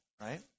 right